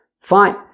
Fine